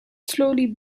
slowly